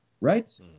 right